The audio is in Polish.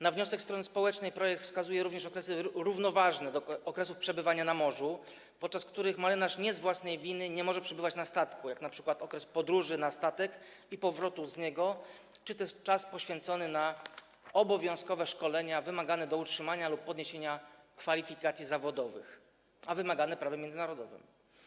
Na wniosek strony społecznej projekt wskazuje również okresy równoważne do okresów przebywania na morzu, podczas których marynarz nie z własnej winy nie może przebywać na statku, jak np. okres podróży na statek i powrotu z niego czy też czas poświęcony na obowiązkowe szkolenia wymagane do utrzymania lub podniesienia kwalifikacji zawodowych, wymagane prawem międzynarodowym.